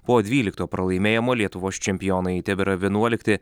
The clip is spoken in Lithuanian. po dvylikto pralaimėjimo lietuvos čempionai tebėra vienuolikti